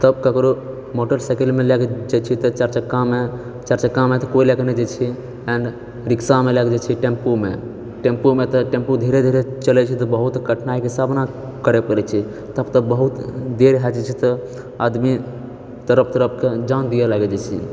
तब ककरो मोटरसाइकिलमे लएके जाए छै तऽ चारि चक्कामे चारि चक्कामे तऽ कोइ लए कऽ नहि जाइत छै रिक्शामे लए कऽ जाय छै टेम्पूमे टेम्पूमे तऽ टेम्पू धीरे धीरे चलै छै तऽ बहुत कठिनाइ कऽ सामना करऽ पड़ै छै तब तऽ बहुत देर भए जाय छै तऽ आदमी तड़प तड़प कऽ जान दिअऽ लागै जाइत छै